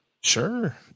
Sure